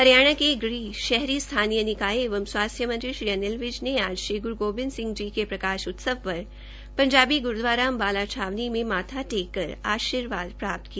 हरियाणा गृह शहरी स्थानीय निकाय एवं स्वास्थ्य मंत्री श्री अनिल विज ने आज श्री ग्रु गोबिंद सिंह जी के प्रकाश उत्सव पर पंजाबी ग्रुद्वारा अम्बाला छावनी में माथा टेक कर आशीर्वाद प्राप्त किया